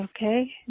Okay